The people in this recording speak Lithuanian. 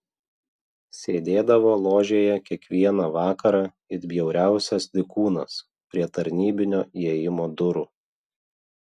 sėdėdavo ložėje kiekvieną vakarą it bjauriausias dykūnas prie tarnybinio įėjimo durų